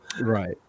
right